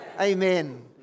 Amen